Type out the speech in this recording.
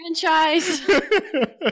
franchise